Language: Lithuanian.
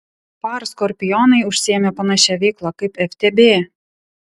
par skorpionai užsiėmė panašia veikla kaip ftb